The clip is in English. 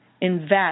invest